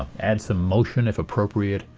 add some motion if appropriate,